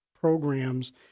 programs